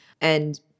And-